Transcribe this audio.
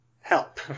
help